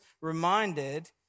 reminded